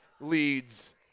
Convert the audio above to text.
leads